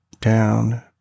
down